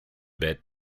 bit